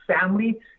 family